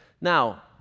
Now